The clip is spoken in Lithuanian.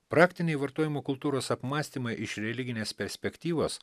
praktiniai vartojimo kultūros apmąstymai iš religinės perspektyvos